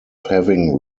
having